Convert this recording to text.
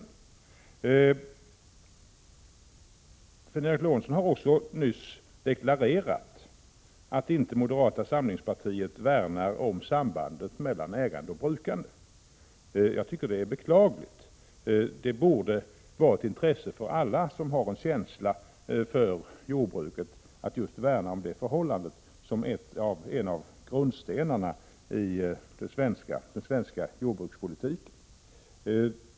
Sven Eric Lorentzon har nyss deklarerat att moderata samlingspartiet inte värnar om sambandet mellan ägande och brukande. Det är beklagligt. Det borde vara ett intresse för alla som har känsla för jordbruket att värna om just — Prot. 1986/87:132 det förhållandet som en av grundstenarna i den svenska jordbrukspolitiken.